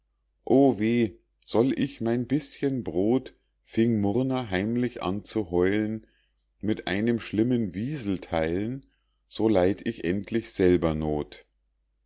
o weh soll ich mein bißchen brod fing murner heimlich an zu heulen mit einem schlimmen wiesel theilen so leid ich endlich selber noth